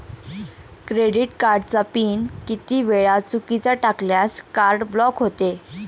Credit कार्डचा PIN किती वेळा चुकीचा टाकल्यास कार्ड ब्लॉक होते?